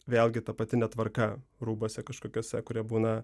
vėlgi ta pati netvarka rūbuose kažkokiuose kurie būna